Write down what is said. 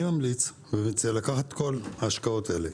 אני ממליץ לקחת את כל ההשקעות האלה,